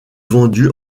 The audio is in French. vendu